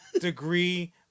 degree